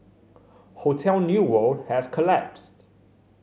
hotel New World has collapsed